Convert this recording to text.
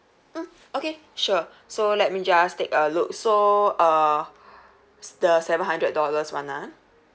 mm okay sure so let me just take a look so uh the seven hundred dollars one ah